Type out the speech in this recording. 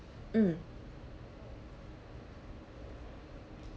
mm